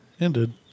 ended